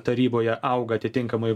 taryboje auga atitinkamai